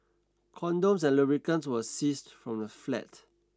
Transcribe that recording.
condoms and lubricants were seized from the flat